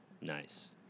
Nice